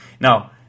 Now